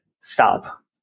stop